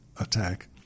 attack